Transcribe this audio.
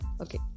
okay